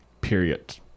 period